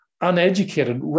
uneducated